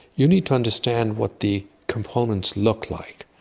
you need to understand what the components look like.